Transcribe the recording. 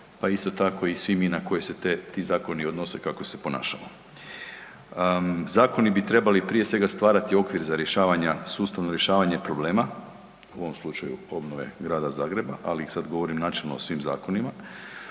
pa isto tako i svi mi na koje se ti zakoni odnose kako se ponašamo. Zakoni bi trebali prije svega stvarati okvir za sustavno rješavanje problema u ovom slučaju obnove Grada Zagreba, ali sada govorim načelno o svim zakonima.